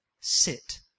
Sit